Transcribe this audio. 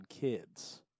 kids